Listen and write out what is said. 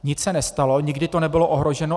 Nic se nestalo, nikdy to nebylo ohroženo.